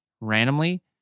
randomly